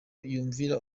yumvira